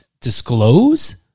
disclose